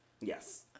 Yes